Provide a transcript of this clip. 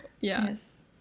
Yes